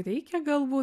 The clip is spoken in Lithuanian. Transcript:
reikia galbūt